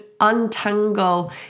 untangle